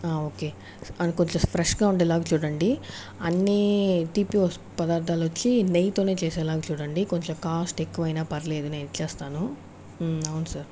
okay కొంచెం ఫ్రెష్గా ఉండేలాగా చూడండి అన్ని తీపి పదార్థాలు వచ్చి నెయ్యితోనే చేసేలాగా చూడండి కొంచెం కాస్ట్ ఎక్కువైనా పర్వాలేదు నేను ఇచ్చేస్తాను అవును సార్